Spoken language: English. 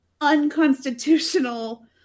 unconstitutional